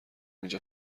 اینجا